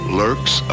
lurks